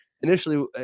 initially